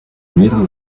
mehrere